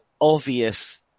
obvious